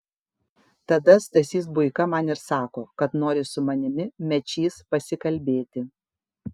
tada stasys buika man ir sako kad nori su manimi mečys pasikalbėti